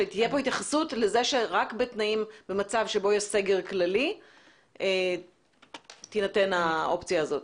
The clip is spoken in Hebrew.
שתהיה כאן התייחסות לזה שרק במצב בו יש סגר כללי תינתן האופציה הזאת.